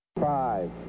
Five